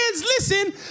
listen